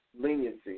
leniency